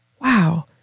Wow